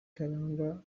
karangwa